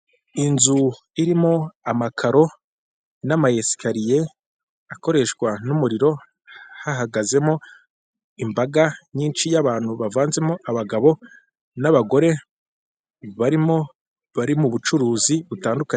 Inzu irimo amakaro n'amayesikariye akoreshwa n'umuriro, hahagazemo imbaga nyinshi y'abantu bavanzemo abagabo n'abagore, barimo bari mu bucuruzi butandukanye.